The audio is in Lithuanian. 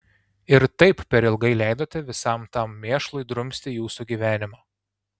ir taip per ilgai leidote visam tam mėšlui drumsti jūsų gyvenimą